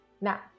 Now